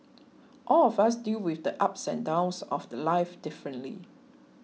all of us deal with the ups and downs of the Life differently